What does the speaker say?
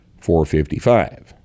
455